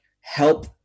help